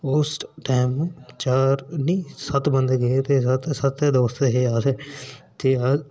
उस टाईम चार नीं सत्त बंदे गे छे सत्त गै दोस्त हे अस ते अस